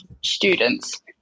students